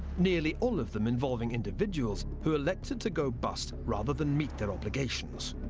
nearly all of them involving individuals who elected to go bust rather than meet their obligations.